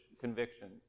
convictions